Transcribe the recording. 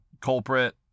culprit